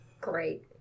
Great